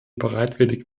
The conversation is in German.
bereitwillig